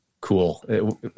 cool